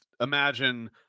imagine